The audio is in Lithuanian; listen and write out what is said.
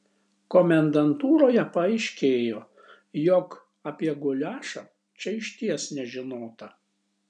komendantūroje paaiškėjo jog apie guliašą čia išties nežinota